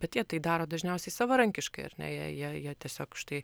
bet jie tai daro dažniausiai savarankiškai ar ne jie jie jie tiesiog štai